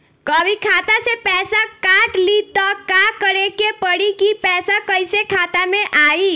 कभी खाता से पैसा काट लि त का करे के पड़ी कि पैसा कईसे खाता मे आई?